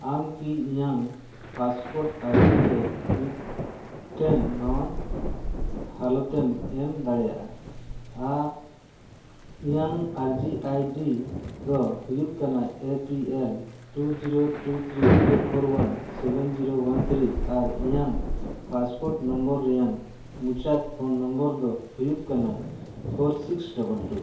ᱟᱢ ᱠᱤ ᱤᱧᱟᱹᱜ ᱯᱟᱥᱯᱳᱨᱴ ᱟᱨᱡᱤ ᱨᱮ ᱢᱤᱫᱴᱮᱱ ᱱᱟᱣᱟᱱ ᱦᱟᱞᱚᱛᱮᱢ ᱮᱢ ᱫᱟᱲᱮᱭᱟᱜᱼᱟ ᱟᱨ ᱤᱧᱟᱹᱜ ᱟᱨᱡᱤ ᱟᱭᱰᱤ ᱫᱚ ᱦᱩᱭᱩᱜ ᱠᱟᱱᱟ A P L two zero two three zero four one seven zero one three ᱟᱨ ᱤᱧᱟᱹᱜ ᱯᱟᱥᱯᱳᱨᱴ ᱱᱚᱢᱵᱚᱨ ᱨᱮᱭᱟᱜ ᱢᱩᱪᱟᱹᱫ ᱯᱷᱳᱱ ᱱᱚᱢᱵᱚᱨ ᱫᱚ ᱦᱩᱭᱩᱜ ᱠᱟᱱᱟ ᱯᱷᱳᱨ ᱥᱤᱠᱥ ᱰᱚᱵᱚᱞ ᱴᱩ